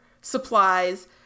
supplies